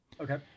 okay